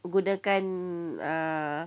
gunakan err